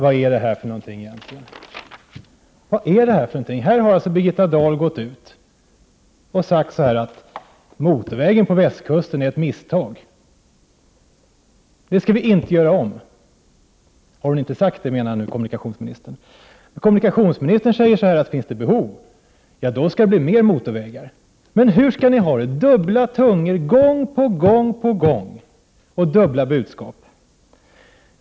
Herr talman! Vad är det här egentligen! Birgitta Dahl har sagt att motorvägen på västkusten är ett misstag. Det misstaget skall inte göras om. Menar kommunikationsministern nu att hon inte sagt så? Han säger att om det finns behov skall det byggas fler motorvägar. Hur skall ni ha det? Ni talar med dubbla tungor gång på gång och kommer med dubbla budskap.